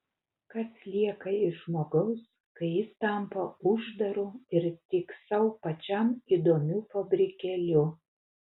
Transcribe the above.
kas lieka iš žmogaus kai jis tampa uždaru ir tik sau pačiam įdomiu fabrikėliu